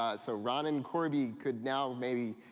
ah so ron and corby could now, maybe,